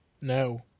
No